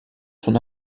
son